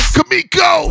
Kamiko